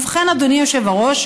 ובכן, אדוני היושב-ראש,